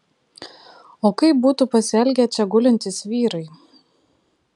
o kaip būtų pasielgę čia gulintys vyrai